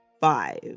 five